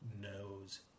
knows